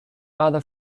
other